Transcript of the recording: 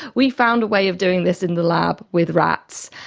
we found a way of doing this in the lab with rats.